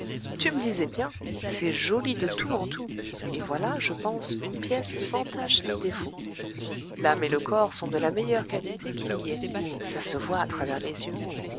tu me disais bien c'est joli de tout en tout et voilà je pense une pièce sans tache ni défaut l'âme et le corps sont de la meilleure qualité qu'il y ait ça se voit à travers les yeux